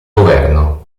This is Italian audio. governo